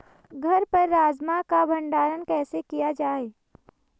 घर पर राजमा का भण्डारण कैसे किया जाय?